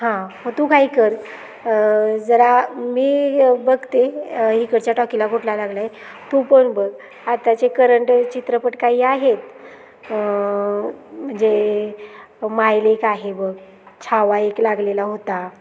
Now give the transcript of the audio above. हां मग तू काही कर जरा मी बघते इकडच्या टॉकीला कुठला लागला आहे तू पण बघ आताचे करंट चित्रपट काही आहेत म्हणजे मायलेक आहे बघ छावा एक लागलेला होता